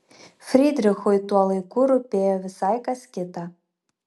frydrichui tuo laiku rūpėjo visai kas kita